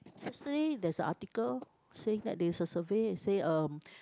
yesterday there's a article saying that there is a survey say um